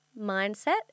mindset